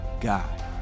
God